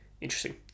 interesting